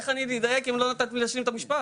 איך אני אדייק אם לא נתתם לי להשלים את המשפט?